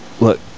look